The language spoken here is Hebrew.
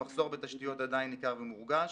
המחסור בתשתיות עדיין ניכר ומורגש.